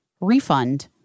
refund